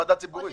לא,